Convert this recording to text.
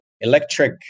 electric